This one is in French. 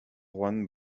juan